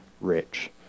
rich